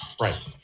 Right